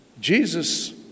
Jesus